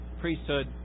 priesthood